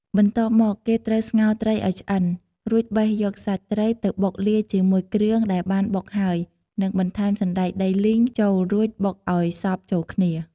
បន្ទាប់មកគេត្រូវស្ងោរត្រីឱ្យឆ្អិន រួចបេះយកសាច់ត្រីទៅបុកលាយជាមួយគ្រឿងដែលបានបុកហើយនិងបន្ថែមសណ្តែកដីលីងចូលរួចបុកឱ្យសព្វចូលគ្នា។